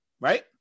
Right